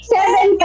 Seven